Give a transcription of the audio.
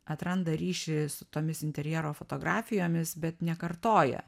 atranda ryšį su tomis interjero fotografijomis bet nekartoja